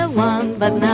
ah loved but